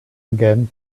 again